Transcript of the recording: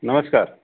नमस्कार